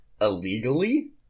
illegally